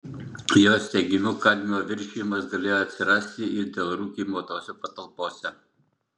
jos teigimu kadmio viršijimas galėjo atsirasti ir dėl rūkymo tose patalpose